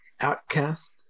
Outcast